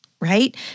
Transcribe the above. right